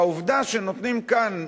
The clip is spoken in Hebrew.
העובדה שנותנים כאן,